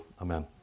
Amen